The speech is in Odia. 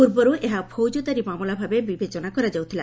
ପୂର୍ବରୁ ଏହା ଫୌଜଦାରୀ ମାମଲା ଭାବେ ବିବେଚନା କରାଯାଉଥିଲା